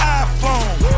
iPhone